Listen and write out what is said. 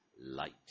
light